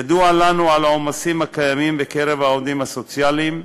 ידוע לנו על העומסים הקיימים בקרב העובדים הסוציאליים,